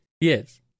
yes